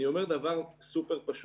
אני אומר דבר פשוט.